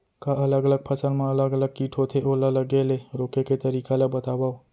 का अलग अलग फसल मा अलग अलग किट होथे, ओला लगे ले रोके के तरीका ला बतावव?